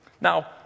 Now